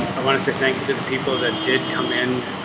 i want to say thank you to the. people that did come in,